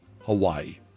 Hawaii